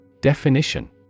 Definition